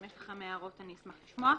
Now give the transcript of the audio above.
אם יש לכם הערות, אני אשמח לשמוע.